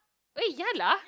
eh ya lah